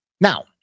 Now